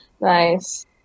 Nice